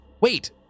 Wait